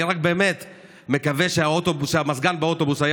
אני רק מקווה שהמזגן באוטובוס היה